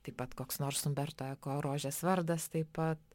taip pat koks nors umberto eko rožės vardas taip pat